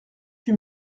huit